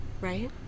right